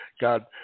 God